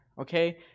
okay